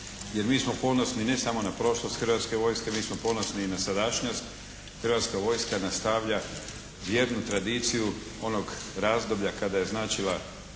jer mi smo ponosni ne samo na prošlost Hrvatske vojske. Mi smo ponosni i na sadašnjost. Hrvatska vojska nastavlja jednu tradiciju onog razdoblja kada je značila